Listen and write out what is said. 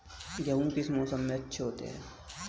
गेहूँ किस मौसम में अच्छे होते हैं?